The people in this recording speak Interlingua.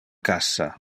cassa